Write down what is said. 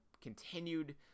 continued